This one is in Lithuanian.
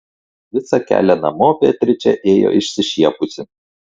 visą kelią namo beatričė ėjo išsišiepusi